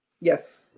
yes